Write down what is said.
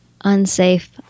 unsafe